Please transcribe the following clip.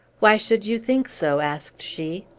why should you think so? asked she.